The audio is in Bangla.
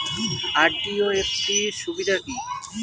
আর.ডি ও এফ.ডি র সুবিধা কি?